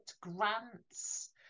grants